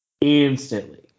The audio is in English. Instantly